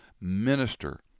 minister